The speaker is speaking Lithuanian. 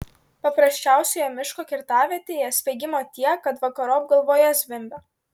paprasčiausioje miško kirtavietėje spiegimo tiek kad vakarop galvoje zvimbia